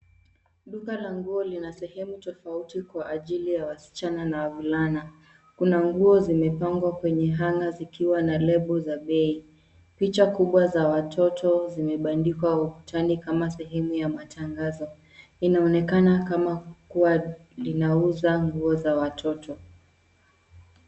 Duka la nguo lina sehemu tofauti kwa ajili ya wasichana na wavulana. Kuna nguo zimepangwa kwenye hanger zikiwa na lebo za bei. Picha kubwa za watoto zimebandikwa ukutani kama sehemu ya matangazo. Inaonekana kama kuwa linauza nguo za watoto.